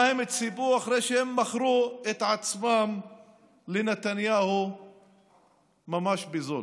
למה הם ציפו אחרי שהם מכרו את עצמם לנתניהו ממש בזול?